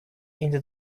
into